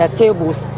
tables